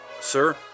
Sir